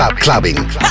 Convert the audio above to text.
Clubbing